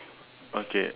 okay